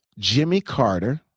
jimmy carter,